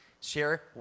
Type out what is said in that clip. Share